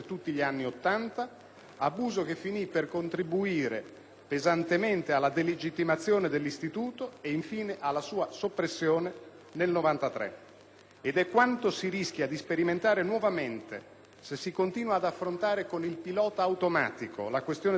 abuso che finì per contribuire pesantemente alla delegittimazione dell'istituto e, infine, alla sua soppressione nel 1993. È quanto si rischia di sperimentare nuovamente se si continua ad affrontare con il pilota automatico la questione dell'insindacabilità.